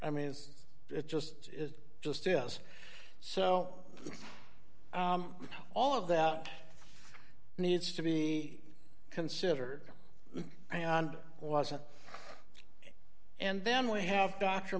i mean it just it just is so all of that needs to be considered and wasn't and then we have d